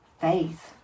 faith